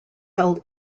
held